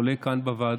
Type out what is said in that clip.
עולה כאן בוועדות,